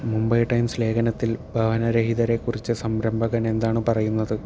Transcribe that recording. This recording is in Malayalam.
മുംബൈ ടൈംസ് ലേഖനത്തിൽ ഭവനരഹിതരെക്കുറിച്ച് സംരംഭകൻ എന്താണ് പറയുന്നത്